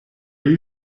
you